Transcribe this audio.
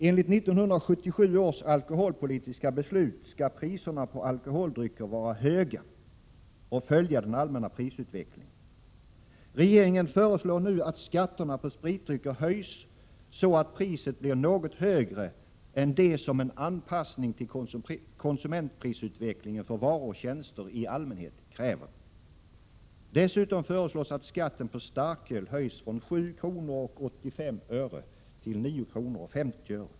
Enligt 1977 års spritarycKer nojs sa aut priset vur nagot nogre an Get SVIN CI anpassmng ua konsumentprisutvecklingen för varor och tjänster i allmänhet kräver. Dessutom föreslås att skatten på starköl höjs från 7 kr. 85 öre till 9 kr. 50 öre.